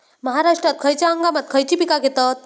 महाराष्ट्रात खयच्या हंगामांत खयची पीका घेतत?